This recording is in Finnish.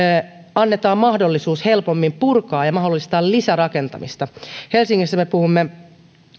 annetaan mahdollisuus helpommin purkaa ja mahdollistaa lisärakentamista helsingissä me puhumme